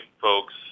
folks